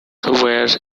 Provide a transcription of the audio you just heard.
were